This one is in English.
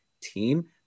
team